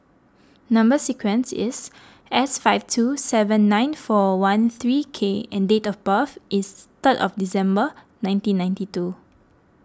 Number Sequence is S five two seven nine four one three K and date of birth is third of December nineteen ninety two